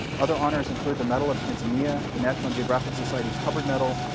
other honors include the medal of tanzania, the national geographic society's hubbard medal,